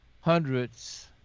hundreds